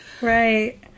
Right